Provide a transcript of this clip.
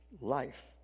life